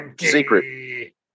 secret